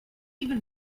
even